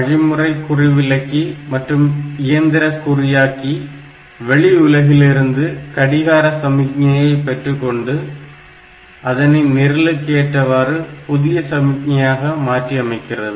வழிமுறை குறிவிலக்கி மற்றும் இயந்திர குறியாக்கி வெளி உலகிலிருந்து கடிகார சமிக்ஞையை பெற்றுக்கொண்டு அதனை நிரலுக்கு ஏற்றவாறு புதிய சமிக்ஞையாக மாற்றியமைக்கிறது